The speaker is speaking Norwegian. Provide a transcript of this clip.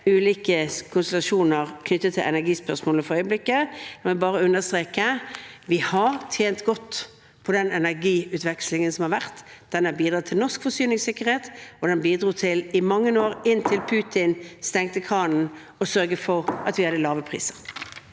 ulike konstellasjoner knyttet til energispørsmålet for øyeblikket. La meg bare understreke: Vi har tjent godt på den energiutvekslingen som har vært. Den har bidratt til norsk forsyningssikkerhet, og den bidro i mange år – inntil Putin stengte kranen – til å sørge for at vi hadde lave priser.